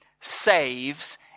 saves